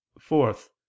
Fourth